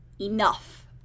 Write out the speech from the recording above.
enough